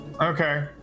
Okay